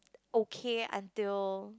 okay until